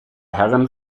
herren